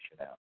out